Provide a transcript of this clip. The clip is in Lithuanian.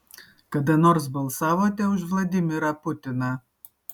kada nors balsavote už vladimirą putiną